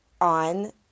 on